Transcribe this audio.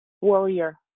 warrior